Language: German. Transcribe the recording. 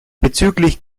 bezüglich